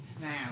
Now